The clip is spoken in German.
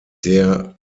der